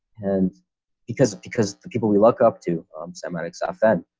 and because because the people we look up to semiotics, offend